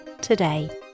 today